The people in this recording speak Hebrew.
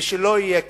ולא יהיה כיבוש.